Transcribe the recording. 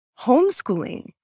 homeschooling